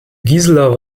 gisela